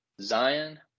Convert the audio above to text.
Zion